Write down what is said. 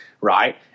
right